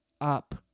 up